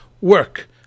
work